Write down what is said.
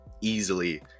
easily